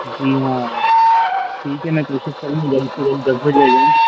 जी हाँ ठीक है मैं कोशिश करूँगा जल्द से जल्द दस बजे आ जाऊँ